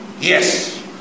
Yes